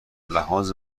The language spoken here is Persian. لحاظ